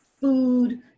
food